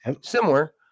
Similar